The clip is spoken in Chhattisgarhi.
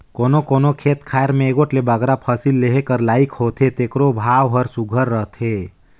कोनो कोनो खेत खाएर में एगोट ले बगरा फसिल लेहे कर लाइक होथे तेकरो भाव हर सुग्घर रहथे